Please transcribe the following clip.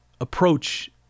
approach